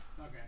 okay